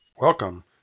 Welcome